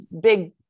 big